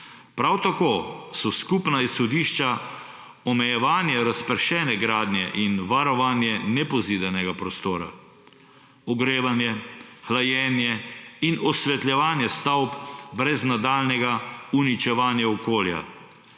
Prav tako so skupna izhodišča omejevanje razpršene gradnje in varovanje nepozidanega prostora, ogrevanje, hlajenje in osvetljevanje stavb brez nadaljnjega uničevanja okolja,